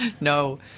No